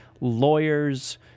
lawyers